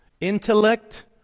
intellect